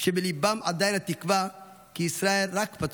כשבליבם עדיין התקווה כי ישראל רק פצוע.